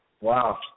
Wow